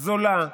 זולה,